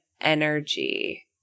energy